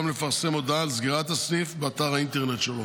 לפרסם הודעה על סגירת הסניף באתר האינטרנט שלו.